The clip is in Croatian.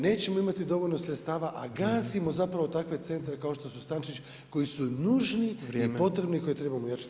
Nećemo imati dovoljno sredstava, a gasimo zapravo takve centre kao što su Stančić koji su nužni [[Upadica Petrov: Vrijeme.]] i potrebni koje trebamo jačati.